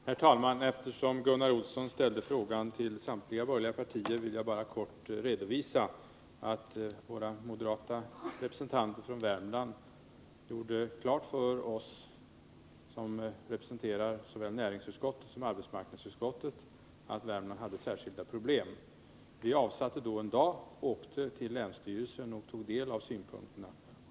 Herr talman! Eftersom Gunnar Olsson ställde frågan till samtliga borgerliga partier vill jag bara kort redovisa att de moderata representanterna för Värmland gjorde klart för oss, som representerar såväl näringsutskottet som arbetsmarknadsutskottet, att Värmland hade särskilda problem. Vi avsatte då en dag och åkte till länsstyrelsen samt tog del av synpunkterna.